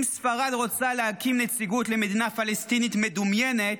אם ספרד רוצה להקים נציגות למדינה פלסטינית מדומיינת,